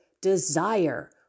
desire